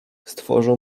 stworzą